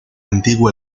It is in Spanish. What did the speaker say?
antiguo